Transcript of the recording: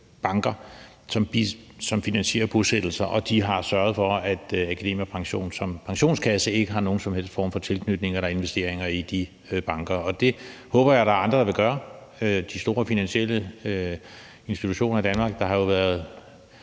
banker, som finansierer bosættelser, og de har sørget for, at AkademikerPension som pensionskasse ikke har nogen som helst form for tilknytning til eller investeringer i de banker. Og det håber jeg der er andre der vil gøre, de store finansielle institutioner i Danmark. Der har jo været